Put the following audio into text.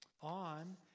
on